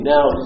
Now